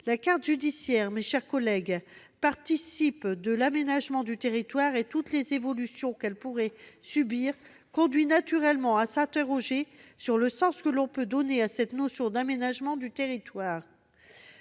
la carte judiciaire participe de l'aménagement du territoire. Toutes les évolutions qu'elle pourrait subir conduisent naturellement à s'interroger sur le sens que l'on peut donner à cette notion d'aménagement du territoire,